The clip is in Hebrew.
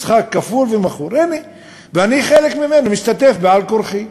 ואני חלק ממנו ומשתתף בו בעל-כורחי.